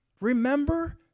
Remember